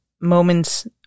moments